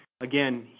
Again